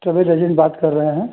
travel agent बात कर रहे हैं